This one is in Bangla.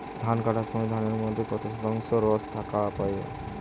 ধান কাটার সময় ধানের মধ্যে কত শতাংশ রস থাকা প্রয়োজন?